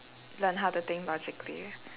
learn how to think logically